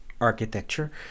architecture